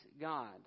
God